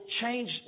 change